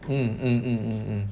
mm mm mm mm mm